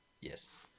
yes